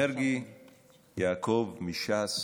מרגי יעקב מש"ס.